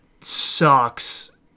sucks